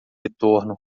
retorno